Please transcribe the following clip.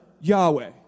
Yahweh